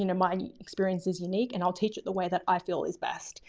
you know my experience is unique and i'll teach it the way that i feel is best